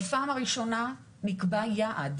בפעם הראשונה נקבע יעד,